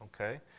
okay